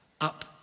up